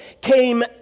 came